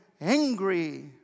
angry